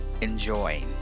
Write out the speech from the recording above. enjoy